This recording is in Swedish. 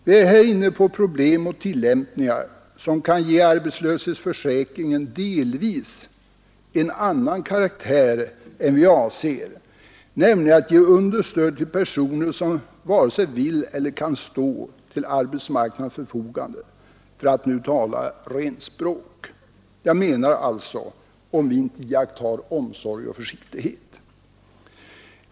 Vi är här inne på problem och tillämpningar, som kan ge arbetslöshetsförsäkringen delvis en annan karaktär än vi avser, nämligen att ge understöd till personer som vare sig vill eller kan stå till arbetsmarknadens förfogande, för att nu tala rent språk. Jag menar alltså att det är viktigt att vi iakttar omsorg och försiktighet.